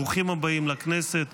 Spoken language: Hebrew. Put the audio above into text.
ברוכים הבאים לכנסת,